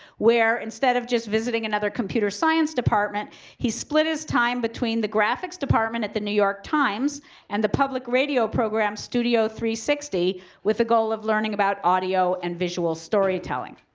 where instead of just visiting another computer science department, he split his time between the graphics department at the new york times and the public radio program studio three sixty with a goal of learning about audio and visual story telling.